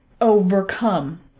overcome